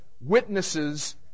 Witnesses